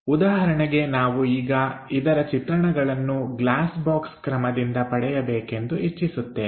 ಉದಾಹರಣೆಗೆ ನಾವು ಈಗ ಇದರ ಚಿತ್ರಣಗಳನ್ನು ಗ್ಲಾಸ್ ಬಾಕ್ಸ್ ಕ್ರಮದಿಂದ ಪಡೆಯಬೇಕೆಂದು ಇಚ್ಚಿಸುತ್ತೇವೆ